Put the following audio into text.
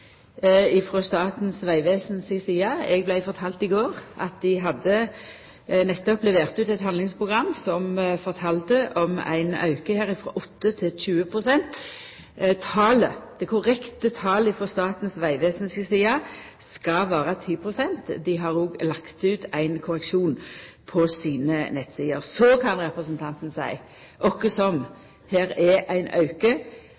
Statens vegvesen si side. Eg vart fortald i går at dei nettopp hadde levert ut eit handlingsprogram som fortel om ein auke frå 8 til 20 pst. Det korrekte talet frå Statens vegvesen si side skal vera 10 pst. Dei har òg lagt ut ein korreksjon på sine nettsider. Så kan representanten seia: Okke som, her er det ein auke.